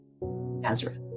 Nazareth